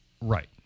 Right